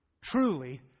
truly